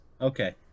Okay